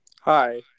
Hi